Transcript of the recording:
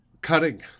cutting